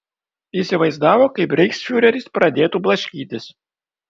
įsivaizdavo kaip reichsfiureris pradėtų blaškytis